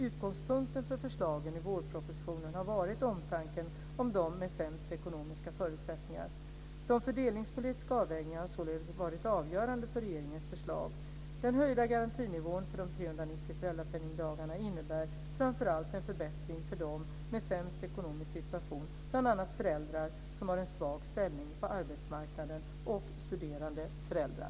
Utgångspunkten för förslagen i vårpropositionen har varit omtanken om dem med sämst ekonomiska förutsättningar. De fördelningspolitiska avvägningarna har således varit avgörande för regeringens förslag. Den höjda garantinivån för de 390 föräldrapenningdagarna innebär framför allt en förbättring för dem med sämst ekonomisk situation, bl.a. föräldrar som har en svag ställning på arbetsmarknaden och studerande föräldrar.